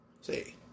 See